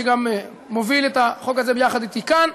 שגם מוביל את החוק הזה יחד אתי כאן,